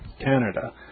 Canada